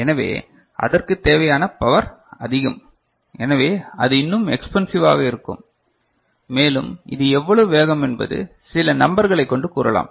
எனவே அதற்குத் தேவையான பவர் அதிகம் எனவே அது இன்னும் எக்ஸ்பென்சிவாக இருக்கும் மேலும் இது எவ்வளவு வேகம் என்பது சில நம்பர்களை கொண்டு கூறலாம்